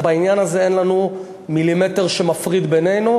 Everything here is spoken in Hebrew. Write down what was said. בעניין הזה אין לנו מילימטר שמפריד בינינו.